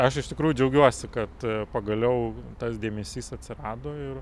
aš iš tikrųjų džiaugiuosi kad pagaliau tas dėmesys atsirado ir